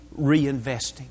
reinvesting